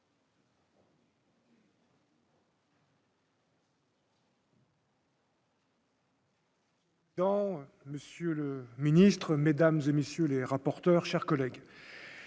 monsieur le ministre, mesdames et messieurs les rapporteurs, chers collègues,